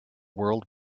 world